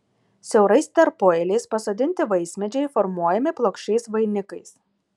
siaurais tarpueiliais pasodinti vaismedžiai formuojami plokščiais vainikais